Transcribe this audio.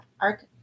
arc